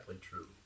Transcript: true